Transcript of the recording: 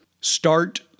Start